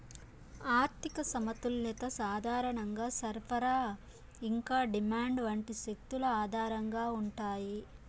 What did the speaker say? ఆర్థిక సమతుల్యత సాధారణంగా సరఫరా ఇంకా డిమాండ్ వంటి శక్తుల ఆధారంగా ఉంటాయి